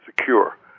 secure